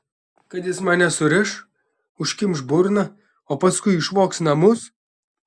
kad jis mane suriš užkimš burną o paskui išvogs namus